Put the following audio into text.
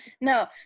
no